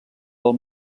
del